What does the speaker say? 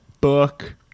book